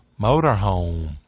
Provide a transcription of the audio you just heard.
motorhome